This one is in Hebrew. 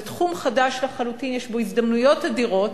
זה תחום חדש לחלוטין, יש בו הזדמנויות אדירות,